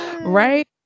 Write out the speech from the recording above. right